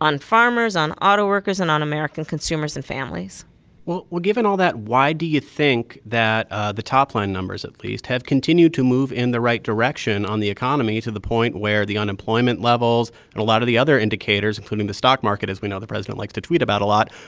on farmers, on autoworkers and on american consumers and families well, given all that, why do you think that ah the top line numbers at least have continued to move in the right direction on the economy to the point where the unemployment levels and a lot of the other indicators, including the stock market as we know the president likes to tweet about a lot,